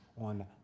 on